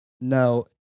no